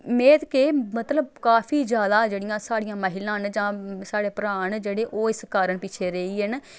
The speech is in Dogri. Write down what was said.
में ते केह् मतलब काफी जादा जेह्ड़ियां साढ़ियां महिलां न जां साढ़े भ्राऽ न जेह्ड़े ओह् इस कारण पिच्छे रेही गे न